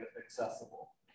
accessible